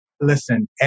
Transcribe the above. listen